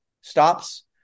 stops